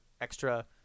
extra